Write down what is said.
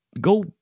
go